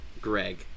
Greg